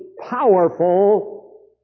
powerful